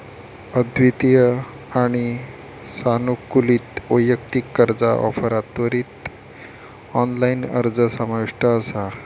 अद्वितीय आणि सानुकूलित वैयक्तिक कर्जा ऑफरात त्वरित ऑनलाइन अर्ज समाविष्ट असा